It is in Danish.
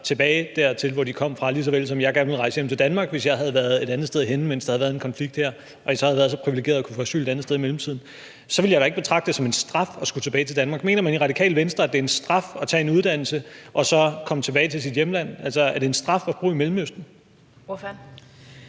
tilbage til, hvor de kom fra, lige såvel som jeg gerne ville rejse hjem til Danmark, hvis jeg havde været et andet sted, mens der havde været en konflikt her, og jeg så havde været så privilegeret at kunne få asyl et andet sted i mellemtiden. Så ville jeg da ikke betragte det som en straf at skulle tilbage til Danmark. Mener man i Radikale Venstre, at det er en straf at tage en uddannelse og så komme tilbage til sit hjemland? Er det en straf at bo i Mellemøsten?